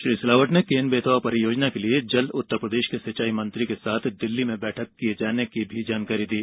श्री सिलावट ने केन बेतवा परियोजना के लिए जल्द उत्तरप्रदेश के सिंचाई मंत्री के साथ दिल्ली में बैठक किये जाने की भी जानकारी दी